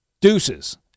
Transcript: deuces